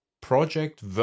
Project